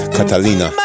Catalina